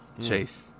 chase